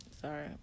Sorry